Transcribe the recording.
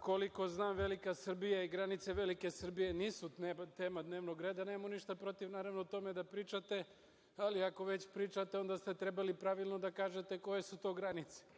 Koliko znam, Velika Srbija i granice Velike Srbije nisu tema dnevnog reda, ali nemam ništa protiv, naravno, o tome da pričate. Ali, ako već pričate, onda ste trebali pravilno da kažete koje su to granice.